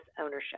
ownership